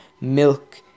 milk